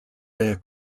bear